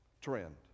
trend